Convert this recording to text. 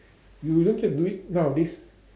you look at do it nowadays